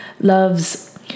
Loves